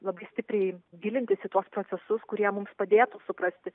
labai stipriai gilintis į tuos procesus kurie mums padėtų suprasti